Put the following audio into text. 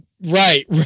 right